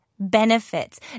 benefits